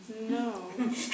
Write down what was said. No